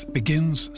begins